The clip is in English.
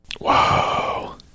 Wow